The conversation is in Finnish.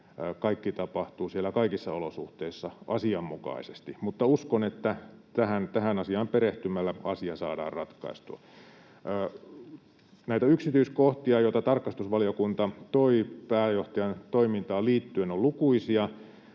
kaikki tapahtuu siellä kaikissa olosuhteissa asianmukaisesti. Mutta uskon, että tähän asiaan perehtymällä asia saadaan ratkaistua. Näitä yksityiskohtia, joita tarkastusvaliokunta toi pääjohtajan toimintaan liittyen, on lukuisia.